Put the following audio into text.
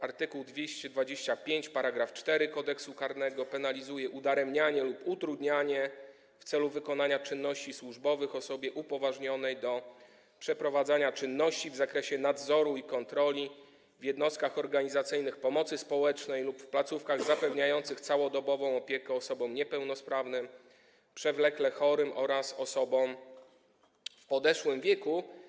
Art. 225 § 4 Kodeksu karnego penalizuje udaremnianie lub utrudnianie wykonania czynności służbowych osobie upoważnionej do przeprowadzania czynności w zakresie nadzoru i kontroli w jednostkach organizacyjnych pomocy społecznej lub placówkach zapewniających całodobową opiekę osobom niepełnosprawnym, przewlekle chorym oraz osobom w podeszłym wieku.